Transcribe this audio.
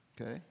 Okay